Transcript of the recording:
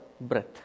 breath